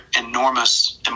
enormous